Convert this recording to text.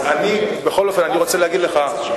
אני רוצה להגיד לך,